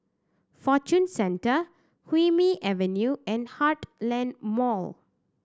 Fortune Centre Hume Avenue and Heartland Mall